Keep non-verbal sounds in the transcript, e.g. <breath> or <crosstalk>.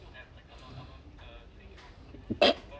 <breath>